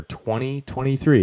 2023